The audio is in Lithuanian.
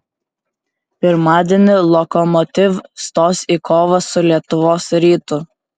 pirmadienį lokomotiv stos į kovą su lietuvos rytu